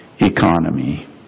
economy